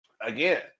Again